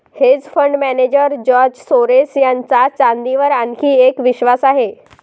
hedge fund manager George Soros यांचा चांदीवर आणखी एक विश्वास आहे